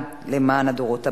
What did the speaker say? וגם למען הדורות הבאים.